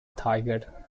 tiger